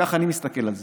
ככה אני מסתכל על זה.